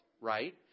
right